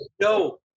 No